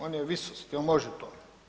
On je visosti, on može to.